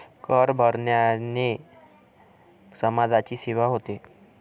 कर भरण्याने समाजाची सेवा होते